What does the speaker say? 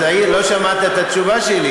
אז לא שמעת את התשובה שלי.